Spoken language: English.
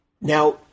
Now